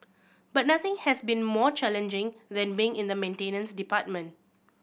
but nothing has been more challenging than being in the maintenance department